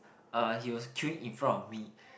uh he was queuing in front of me